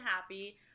happy